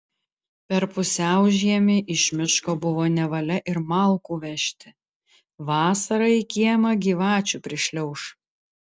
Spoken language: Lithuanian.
per pusiaužiemį iš miško buvo nevalia ir malkų vežti vasarą į kiemą gyvačių prišliauš